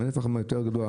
עם נפח המנוע הגדול יותר,